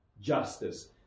justice